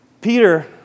Peter